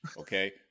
okay